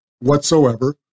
whatsoever